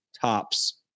Tops